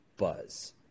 Buzz